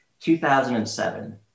2007